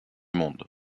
monde